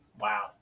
Wow